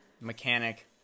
mechanic